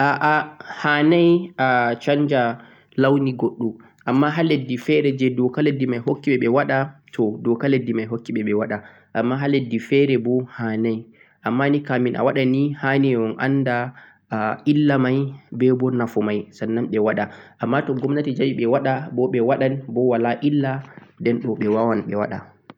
Hanai ɗun sanja launi goddoa amma toh doka lesdi hukki dama ɗun sanja toh ɗo damai. Amma hanii unanda illa mai kafin onwaɗa